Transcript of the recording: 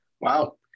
wow